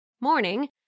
Morning